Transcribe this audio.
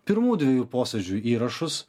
pirmų dviejų posėdžių įrašus